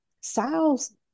sales